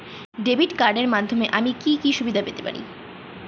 Debit কার্ডের মাধ্যমে আমি কি কি সুবিধা পেতে পারি?